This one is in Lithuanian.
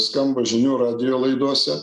skamba žinių radijo laidose